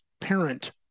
parent